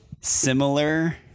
similar